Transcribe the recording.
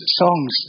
songs